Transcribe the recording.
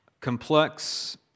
complex